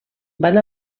van